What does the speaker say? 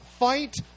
fight